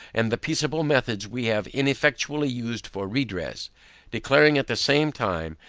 and the peaceable methods we have ineffectually used for redress declaring, at the same time,